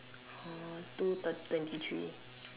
or two third thirty three